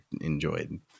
enjoyed